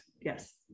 Yes